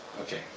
Okay